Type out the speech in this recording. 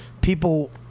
People